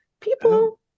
People